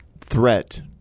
threat